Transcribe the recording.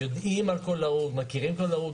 יודעים ומכירים כל הרוג.